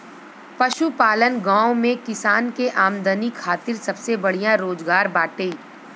पशुपालन गांव में किसान के आमदनी खातिर सबसे बढ़िया रोजगार बाटे